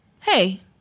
Hey